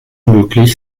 nötig